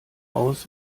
aus